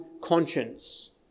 conscience